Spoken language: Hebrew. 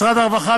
משרד הרווחה,